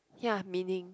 yeah meaning